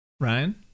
Ryan